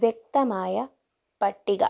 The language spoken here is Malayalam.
വ്യക്തമായ പട്ടിക